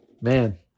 man